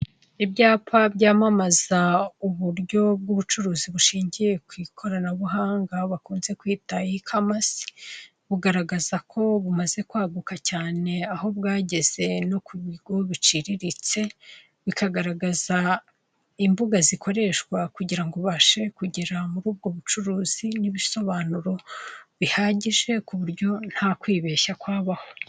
Ibyapa byamnamaza uburyo bw'ubucuruzi bushingiye ku ikoranabuhanga bakunze kwita ikamasi, bugaragaza ko bumaze kwaguka cyane aho bwageze no ku bigo biciriritse, bikagaragaza imbuga zikoreshwa kugira ngo ubashe kugera muri ubwo bucuruzi, n'ibisobanuro bihagije ku buryo nta kwibeshya kwabaho.